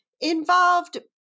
involved